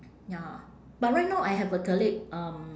ya but right now I have a colleague um